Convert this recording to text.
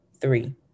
Three